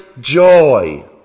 joy